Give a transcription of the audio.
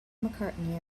mccartney